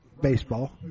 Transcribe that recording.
baseball